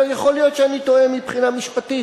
יכול להיות שאני טועה מבחינה משפטית.